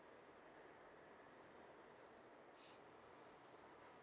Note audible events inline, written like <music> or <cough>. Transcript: <breath>